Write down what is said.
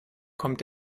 kommt